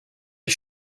ich